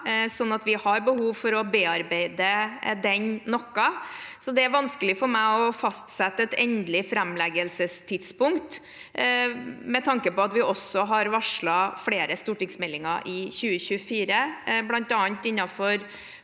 så vi har behov for å bearbeide den noe. Det er vanskelig for meg å fastsette et endelig framleggelsestidspunkt med tanke på at vi har varslet flere stortingsmeldinger i 2024, bl.a. innenfor